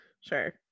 Sure